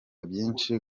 byinshi